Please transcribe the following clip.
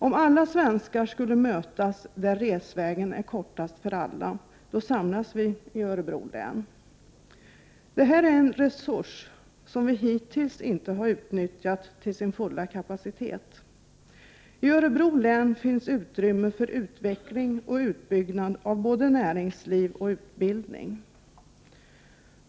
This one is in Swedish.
Om alla svenskar skulle mötas där resvägen är kortast för alla, då samlas vi i Örebro län. Detta är en resurs som vi hittills inte utnyttjat till dess fulla kapacitet. I Örebro län finns utrymme för utveckling och utbyggnad av både näringsliv och utbildning.